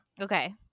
Okay